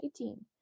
18